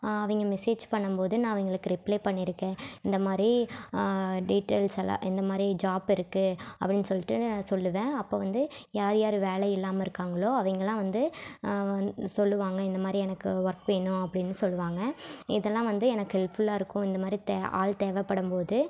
அவங்க மெசேஜ் பண்ணும் போது நான் அவங்களுக்கு ரிப்ளே பண்ணிருக்கேன் இந்த மாதிரி டீட்டைல்ஸ் எல்லாம் இந்த மாதிரி ஜாப் இருக்குது அப்படின்னு சொல்லிட்டு சொல்லுவேன் அப்போ வந்து யார் யார் வேலை இல்லாமல் இருக்காங்களோ அவங்களாம் வந்து சொல்லுவாங்கள் இந்த மாதிரி எனக்கு ஒர்க் வேணும் அப்படின்னு சொல்லுவாங்கள் இதெல்லாம் வந்து எனக்கு ஹெல்ப்ஃபுல்லாக இருக்கும் இந்தமாதிரி தே ஆள் தேவைப்படும் போது